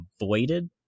avoided